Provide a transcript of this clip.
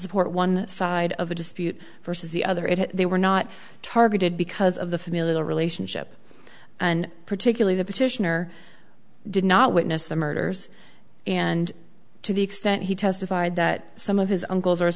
support one side of a dispute versus the other it they were not targeted because of the familial relationship and particularly the petitioner did not witness the murders and to the extent he testified that some of his uncles or